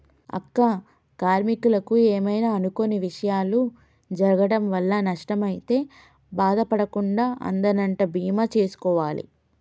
అక్క కార్మీకులకు ఏమైనా అనుకొని విషయాలు జరగటం వల్ల నష్టం అయితే బాధ పడకుండా ఉందనంటా బీమా సేసుకోవాలి